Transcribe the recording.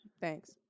Thanks